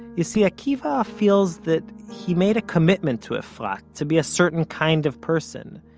you see, akivah feels that he made a commitment to efrat, to be a certain kind of person.